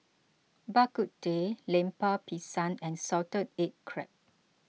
Bak Kut Teh Lemper Pisang and Salted Egg Crab